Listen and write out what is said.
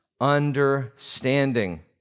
understanding